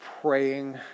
praying